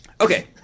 okay